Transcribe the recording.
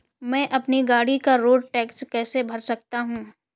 मैं अपनी गाड़ी का रोड टैक्स कैसे भर सकता हूँ?